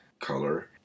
color